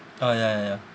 uh ya ya ya